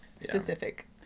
specific